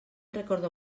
recordo